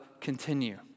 continue